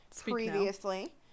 previously